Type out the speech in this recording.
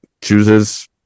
chooses